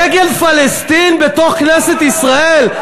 דגל פלסטין בתוך כנסת ישראל?